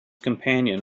companion